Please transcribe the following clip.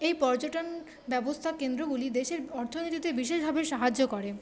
এই পর্যটন ব্যবস্থা কেন্দ্রগুলি দেশের অর্থনীতিতে বিশেষভাবে সাহায্য করে